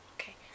okay